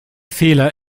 fehler